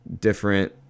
different